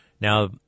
Now